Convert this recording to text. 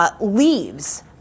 leaves